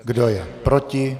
Kdo je proti?